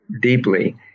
deeply